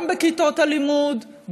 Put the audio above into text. גם בכיתות הלימוד,